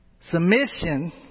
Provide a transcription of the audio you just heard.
Submission